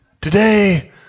Today